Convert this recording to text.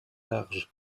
large